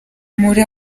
muri